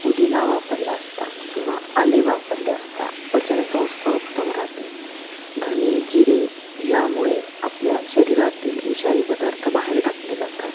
पुदिना वापरला असता किंवा आले वापरले असता पचन संस्था उत्तम राहते धने जिरे यामुळे आपल्या शरीरातील विषारी पदार्थ बाहेर टाकले जातात